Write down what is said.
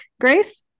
Grace